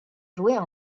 jouer